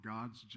God's